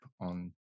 on